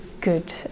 good